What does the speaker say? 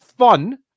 fun